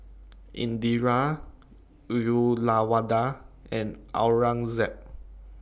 Indira Uyyalawada and Aurangzeb